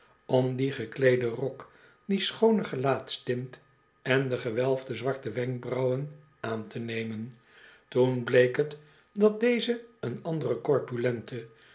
om dien gekleeden rok die schoone gelaatstint en de gewelfde zwarte wenkbrauwen aan te nemen toen bleek het dat deze een andere